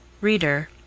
Reader